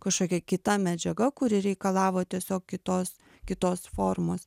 kažkokia kita medžiaga kuri reikalavo tiesiog kitos kitos formos